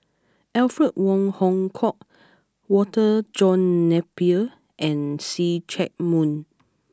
Alfred Wong Hong Kwok Walter John Napier and See Chak Mun